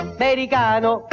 americano